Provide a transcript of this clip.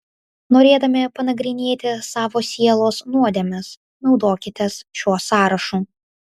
norėdami panagrinėti savo sielos nuodėmes naudokitės šiuo sąrašu